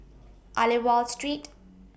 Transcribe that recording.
Aliwal Street